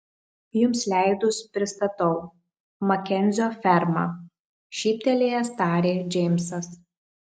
jums leidus pristatau makenzio ferma šyptelėjęs tarė džeimsas